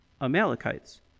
Amalekites